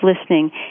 listening